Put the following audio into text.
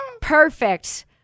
Perfect